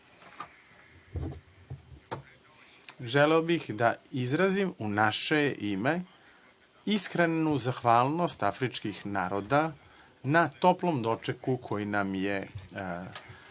bih da izrazim u naše ime iskrenu zahvalnost afričkih naroda na toplom dočeku koji nam je priređen